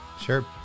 Sure